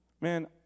Man